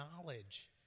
knowledge